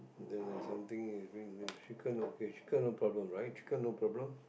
then there's something is doing okay chicken no problem right chicken no problem